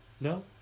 No